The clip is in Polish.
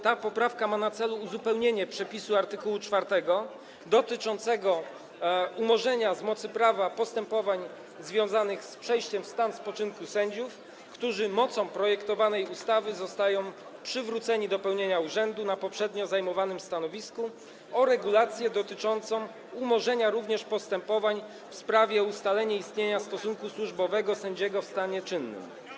Ta poprawka ma na celu uzupełnienie przepisu art. 4 dotyczącego umorzenia z mocy prawa postępowań związanych z przejściem w stan spoczynku sędziów, którzy na mocy projektowanej ustawy zostają przywróceni do pełnienia urzędu na poprzednio zajmowanym stanowisku, o regulację dotyczącą umorzenia również postępowań w sprawie ustalenia istnienia stosunku służbowego sędziego w stanie czynnym.